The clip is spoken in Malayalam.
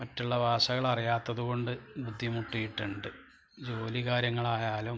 മറ്റുള്ള ഭാഷകളറിയാത്തതുകൊണ്ട് ബുദ്ധിമുട്ടിയിട്ടുണ്ട് ജോലി കാര്യങ്ങളായാലും